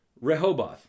Rehoboth